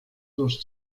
durch